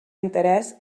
interès